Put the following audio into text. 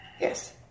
Yes